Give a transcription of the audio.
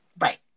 Right